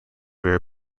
very